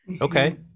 Okay